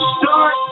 Start